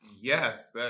yes